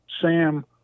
Sam